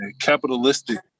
capitalistic